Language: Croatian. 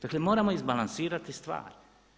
Dakle moramo izbalansirati stvari.